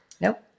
Nope